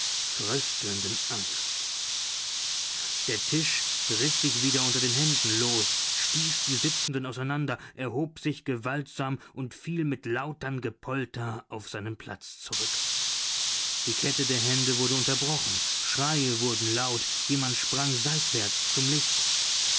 fröstelnden angst der tisch riß sich wieder unter den händen los stieß die sitzenden auseinander erhob sich gewaltsam und fiel mit lautem gepolter auf seinen platz zurück die kette der hände wurde unterbrochen schreie wurden laut jemand sprang seitwärts zum licht